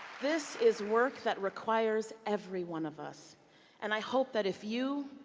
this is work that requires every one of us and i hope that if you,